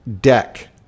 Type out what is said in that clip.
deck